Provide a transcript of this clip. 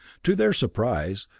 to their surprise,